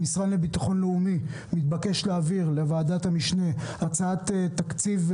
המשרד לביטחון לאומי מתבקש להעביר לוועדת המשנה הצעת תקציב,